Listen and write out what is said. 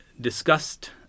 discussed